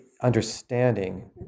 understanding